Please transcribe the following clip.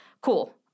cool